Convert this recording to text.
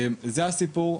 זה הסיפור,